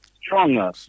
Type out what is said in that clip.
stronger